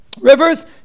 rivers